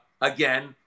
Again